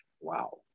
Wow